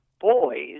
boys